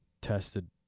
tested